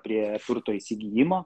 prie turto įsigijimo